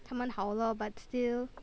他们好了 but still